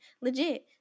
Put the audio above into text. legit